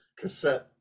cassette